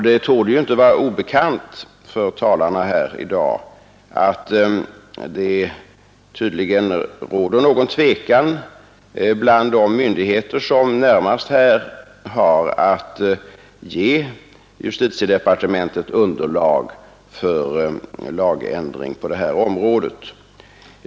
Det torde inte vara obekant för talarna, att det tydligen råder någon tvekan bland de myndigheter, som närmast skall ge justitiedepartementet underlag för lagändring på det här området.